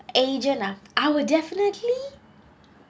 agent ah I would definitely